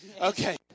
Okay